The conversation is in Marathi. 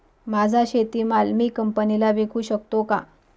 माझा शेतीमाल मी कंपनीला विकू शकतो का?